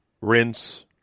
rinse